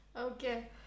Okay